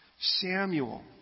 Samuel